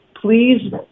Please